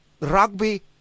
rugby